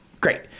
Great